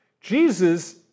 Jesus